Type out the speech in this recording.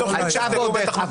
הייתה ועוד איך.